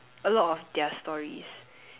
a lot of their stories